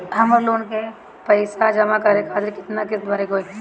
हमर लोन के पइसा जमा करे खातिर केतना किस्त भरे के होई?